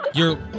You're-